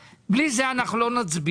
בלי זה אנחנו לא נצביע.